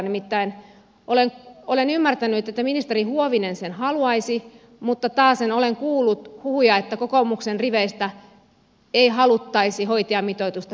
nimittäin olen ymmärtänyt että ministeri huovinen sen haluaisi mutta taasen olen kuullut huhuja että kokoomuksen riveistä ei haluttaisi hoitajamitoitusta kirjattavan lakiin